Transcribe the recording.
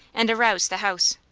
and aroused the house.